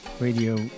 Radio